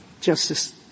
Justice